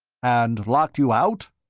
and locked you out?